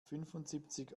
fünfundsiebzig